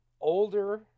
older